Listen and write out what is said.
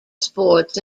sports